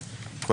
170,